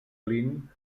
plint